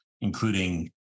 including